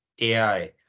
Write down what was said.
AI